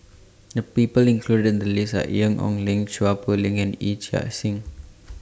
The People included in The list Are Ian Ong Li Chua Poh Leng and Yee Chia Hsing